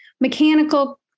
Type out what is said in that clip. mechanical